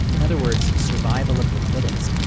in other words, survival of the fittest.